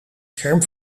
scherm